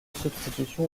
substitution